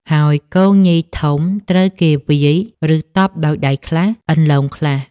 ហើយគងញីធំត្រូវគេវាយ ឬតប់ដោយដៃខ្លះ អន្លូងខ្លះ។